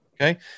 okay